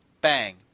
bang